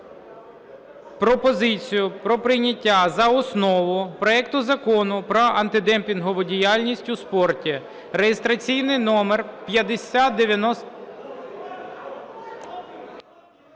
пропозицію про прийняття за основу проекту Закону про антидопінгову діяльність у спорті